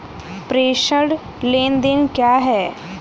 प्रेषण लेनदेन क्या है?